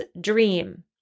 dream